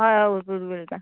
हय हय ता